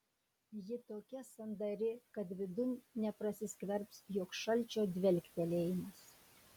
ji tokia sandari kad vidun neprasiskverbs joks šalčio dvelktelėjimas